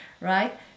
right